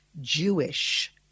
Jewish